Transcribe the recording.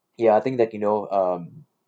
ya I think that you know um